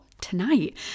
tonight